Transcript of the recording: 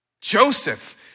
Joseph